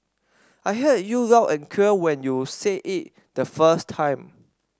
I heard you loud and clear when you said it the first time